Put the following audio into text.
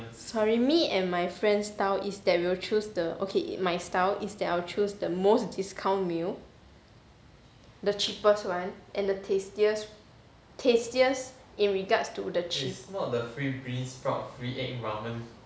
sorry me and my friends' style is that we will choose the okay my style is that I will choose the most discount meal the cheapest one and the tastiest tastiest in regards to the cheap